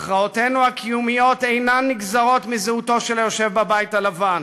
הכרעותינו הקיומיות אינן נגזרות מזהותו של היושב בבית הלבן